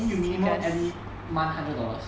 then you minimum every month hundred dollars